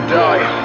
die